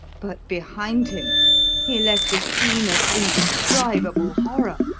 but behind him he left a scene of indescribable horror,